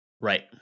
Right